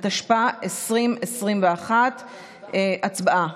התשפ"א 2021. הצבעה.